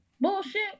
bullshit